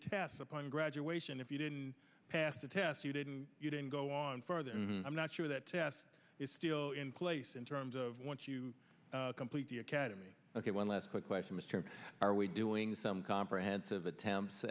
test upon graduation if you didn't pass the test you didn't go on further and i'm not sure that test is still in place in terms of once you complete the academy ok one last quick question mr are we doing some comprehensive attempts